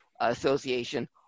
Association